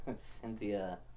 Cynthia